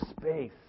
space